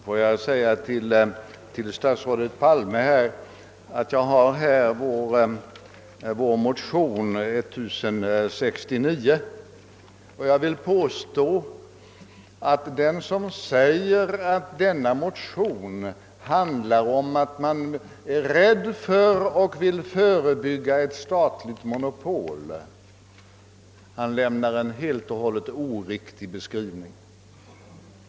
Herr talman! Jag har — statsrådet Palme — vår motion II: 1069, här i min hand. Den som säger att denna motion ger uttryck för att vad vi fruktar och främst nu vill förebygga är införandet av ett statligt monopol på det område, som nu diskuteras, vill jag påstå lämnar en helt och hållet oriktig beskrivning.